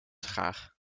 graag